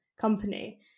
company